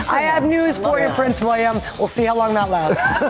i have news for you, prince william. we'll see how long that lasts.